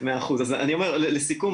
לסיכום,